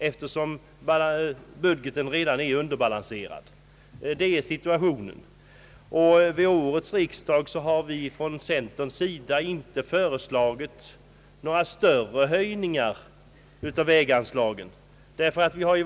Årets budget är starkt underbalanserad, och från centerns sida har därför inte föreslagits några större höjningar av väganslagen.